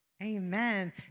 Amen